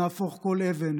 נהפוך כל אבן,